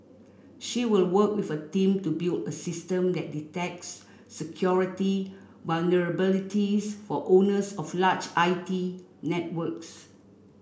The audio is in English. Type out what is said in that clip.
she will work with a team to build a system that detects security vulnerabilities for owners of large I T networks